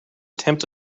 tempt